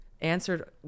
answered